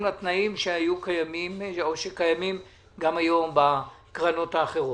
לתנאים שהיו קיימים או שקיימים גם היום בקרנות האחרות.